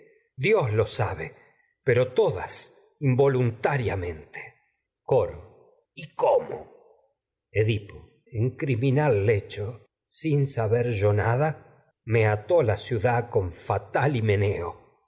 dios lo sabe pero todas involunta riamente coro edipo y cómo en criminal lecho sin saber yo nada me ató la ciudad con fatal himeneo